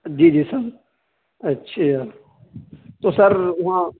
جی جی سر اچھا تو سر وہاں